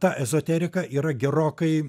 ta ezoterika yra gerokai